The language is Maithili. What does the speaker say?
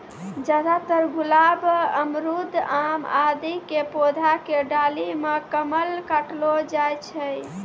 ज्यादातर गुलाब, अमरूद, आम आदि के पौधा के डाली मॅ कलम काटलो जाय छै